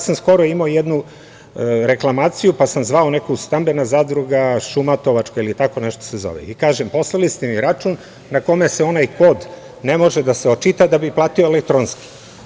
Skoro sam imao jednu reklamaciju, pa sam zvao - Stambena zadruga Šumatovačka ili tako nešto se zove i kažem – poslali ste mi račun na kome se onaj kod ne može očitati, pa bih platio elektronski.